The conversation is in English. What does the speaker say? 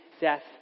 death